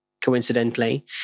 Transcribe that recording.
coincidentally